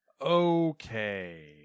Okay